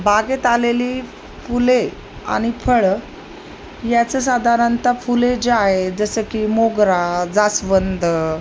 बागेत आलेली फुले आणि फळं याचं साधारणत फुले जे आहे जसं की मोगरा जास्वंद